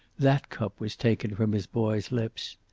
that cup was taken from his boy's lips.